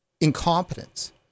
incompetence